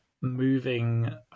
moving